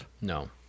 No